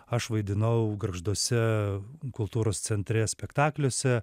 aš vaidinau gargžduose kultūros centre spektakliuose